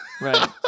Right